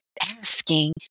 asking